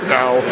now